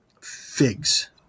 figs